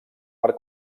per